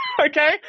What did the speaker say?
Okay